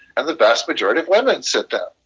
and the vast majority of women sit down.